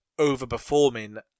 overperforming